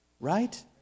Right